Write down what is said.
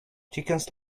chickens